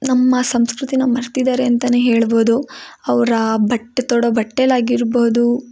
ನಮ್ಮ ಸಂಸ್ಕೃತಿನ ಮರೆತಿದ್ದಾರೆ ಅಂತಲೇ ಹೇಳಬೋದು ಅವ್ರು ಆ ಬಟ್ಟೆ ತೊಡೊ ಬಟ್ಟೆಲಾಗಿರಬಹುದು